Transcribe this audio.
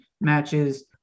matches